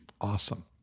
Awesome